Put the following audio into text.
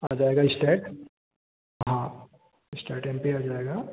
आ जाएगा इस्ट्रेक हाँ इस्टेंट एम पी आ जाएगा